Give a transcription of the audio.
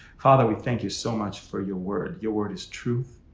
father, we thank you so much for your word. your word is true.